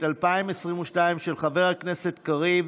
התשפ"ב 2022, של חבר הכנסת קריב,